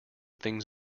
things